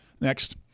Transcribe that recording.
Next